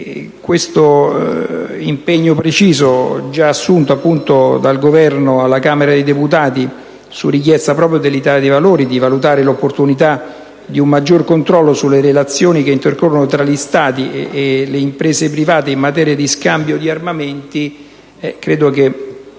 mine. L'impegno preciso, già assunto dal Governo alla Camera dei deputati proprio su richiesta dell'Italia dei Valori, di valutare l'opportunità di un maggior controllo sulle relazioni che intercorrono tra gli Stati e le imprese private in materia di scambio di armamenti credo debba